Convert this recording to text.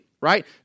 right